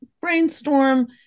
brainstorm